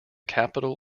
capital